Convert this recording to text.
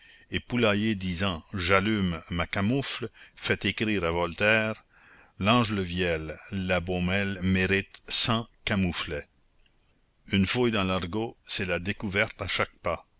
et poulailler disant j'allume ma camoufle fait écrire à voltaire langleviel la beaumelle mérite cent camouflets une fouille dans l'argot c'est la découverte à chaque pas